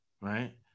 Right